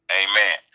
amen